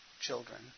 children